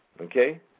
okay